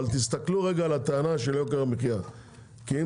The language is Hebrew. אבל תסתכלו רגע על הטענה של יוקר המחיה.